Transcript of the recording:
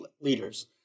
leaders